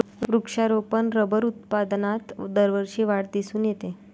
वृक्षारोपण रबर उत्पादनात दरवर्षी वाढ दिसून येते